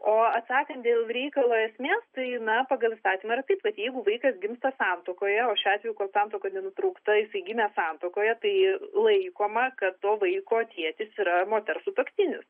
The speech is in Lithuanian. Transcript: o atsakant dėl reikalo esmės tai na pagal įstatymą yra taip kad jeigu vaikas gimsta santuokoje o šiuo atveju kol santuoka nenutraukta jisai gimė santuokoje tai laikoma kad to vaiko tėtis yra moters sutuoktinis